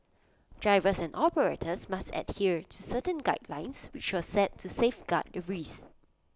drivers and operators must adhere to certain guidelines which were set to safeguard the reefs